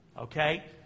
Okay